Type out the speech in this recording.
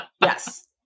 Yes